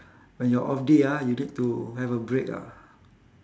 when your off day ah you need to have a break ah